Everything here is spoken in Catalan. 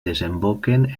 desemboquen